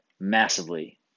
massively